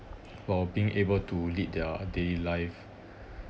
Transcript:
while being able to lead their daily life